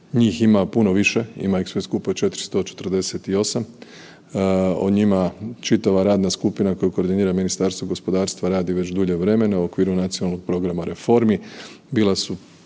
Njih ima puno više, ima ih sve skupa 448, o njima čitava radna skupina koja koordinira Ministarstvo gospodarstva radi već dulje vremena u okviru Nacionalnog programa reformi.